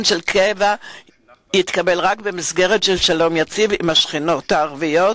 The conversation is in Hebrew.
קבע יתקבלו רק במסגרת של שלום יציב עם השכנות הערביות,